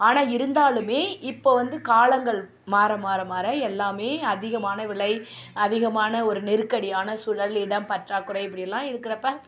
ஆனால் இருந்தாலும் இப்போ வந்து காலங்கள் மாற மாற மாற எல்லாம் அதிகமான விலை அதிகமான ஒரு நெருக்கடியான சூழல் இடம் பற்றாக்குறை இப்படியெல்லாம் இருக்கிறப்ப